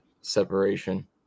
separation